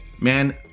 Man